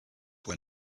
when